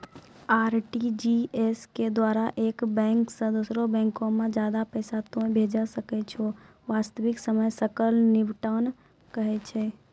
RTGS के द्वारा एक बैंक से दोसरा बैंको मे ज्यादा पैसा तोय भेजै सकै छौ वास्तविक समय सकल निपटान कहै छै?